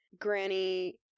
Granny